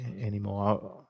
anymore